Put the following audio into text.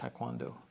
taekwondo